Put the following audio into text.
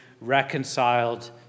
reconciled